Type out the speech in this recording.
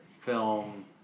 film